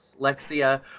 dyslexia